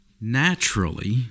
naturally